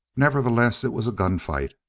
nevertheless, it was a gunfight.